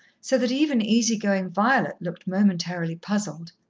so that even easy-going violet looked momentarily puzzled.